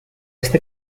este